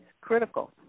critical